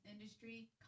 industry